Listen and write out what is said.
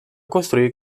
construir